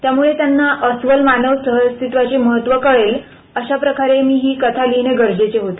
त्यामुळे त्यांना अस्वल मानव सहअस्तित्वाचे महत्त्व कळेल अशा प्रकारे मी ही कथा लिहिणे गरजेचे होते